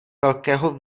velkého